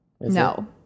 No